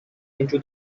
into